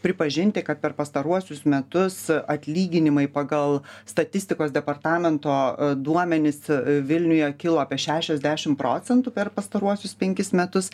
pripažinti kad per pastaruosius metus atlyginimai pagal statistikos departamento duomenis vilniuje kilo apie šešiasdešimt procentų per pastaruosius penkis metus